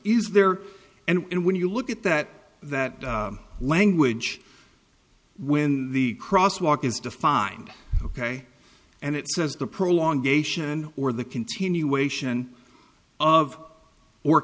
is there and when you look at that that language when the crosswalk is defined ok and it says the pro long geisha and or the continuation of or